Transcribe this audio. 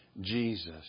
Jesus